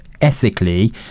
ethically